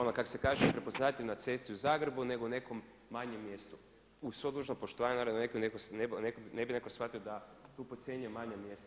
ono kako se kaže prepoznatljiv na cesti u Zagrebu nego u nekom manjem mjestu, uz svo dužno poštovanje da ne bi netko shvatio da tu podcjenjujem manja mjesta.